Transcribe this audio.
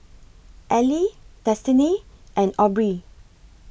Eli Destini and Aubree